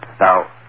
Now